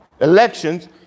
elections